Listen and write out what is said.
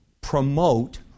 promote